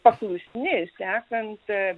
paklusni sekant